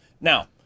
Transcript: Now